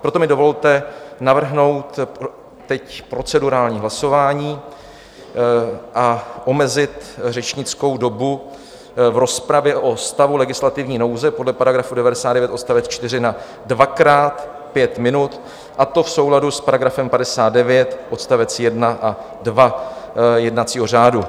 Proto mi dovolte navrhnout teď procedurální hlasování a omezit řečnickou dobu v rozpravě o stavu legislativní nouze podle § 99 odst. 4 na dvakrát pět minut, a to v souladu s § 59 odst. 1 a 2 jednacího řádu.